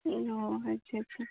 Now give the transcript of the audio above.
ᱚᱸᱻ ᱟᱪᱪᱷᱟ ᱟᱪᱪᱷᱟ